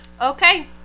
Okay